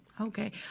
Okay